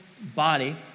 body